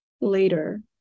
later